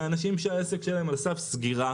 אלה האנשים שהעסק שלהם על סף סגירה,